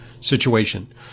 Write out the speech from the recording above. situation